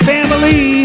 Family